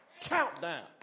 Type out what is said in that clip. countdown